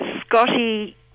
Scotty